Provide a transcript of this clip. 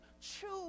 choose